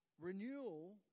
Renewal